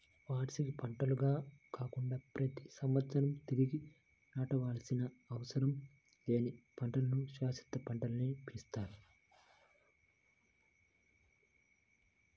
వార్షిక పంటల్లాగా కాకుండా ప్రతి సంవత్సరం తిరిగి నాటవలసిన అవసరం లేని పంటలను శాశ్వత పంటలని పిలుస్తారు